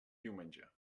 diumenge